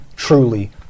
Truly